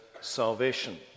salvation